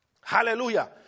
Hallelujah